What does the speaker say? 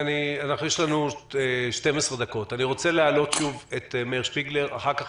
אני רוצה להעלות שוב את מאיר שפיגלר ואחר כך